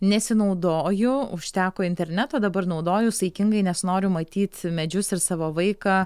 nesinaudoju užteko interneto dabar naudoju saikingai nes noriu matyt medžius ir savo vaiką